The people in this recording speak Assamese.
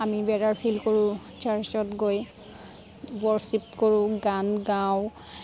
আমি বেটাৰ ফিল কৰোঁ চাৰ্চত গৈ ৱৰশ্ৱিপ কৰোঁ গান গাওঁ